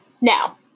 Now